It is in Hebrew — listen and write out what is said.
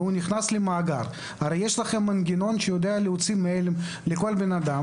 ונכנס למאגר יש לכם מנגנון שיודע להוציא מייל לכל בן אדם,